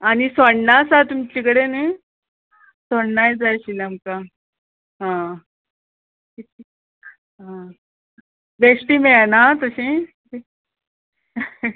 आनी सोण्णां आसा तुमचे कडेन सोण्णांय जाय आशिल्लें आमकां आं बेश्टी मेळना तशीं